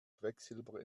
quecksilber